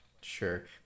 sure